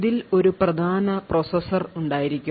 ഇതിൽ ഒരു പ്രധാന പ്രോസസ്സർ ഉണ്ടായിരിക്കും